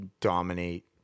dominate